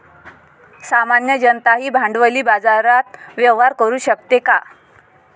सामान्य जनताही भांडवली बाजारात व्यवहार करू शकते का?